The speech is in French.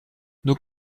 nos